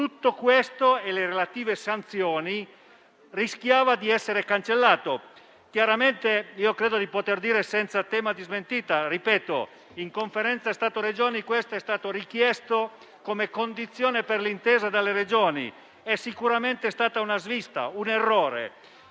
Tutto questo (con le relative sanzioni) rischiava di essere cancellato. Ripeto - e credo di poterlo dire senza tema di smentita - che in sede di Conferenza Stato-Regioni questo è stato richiesto come condizione per l'intesa delle Regioni: sicuramente è stata una svista, un errore